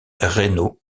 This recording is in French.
reynaud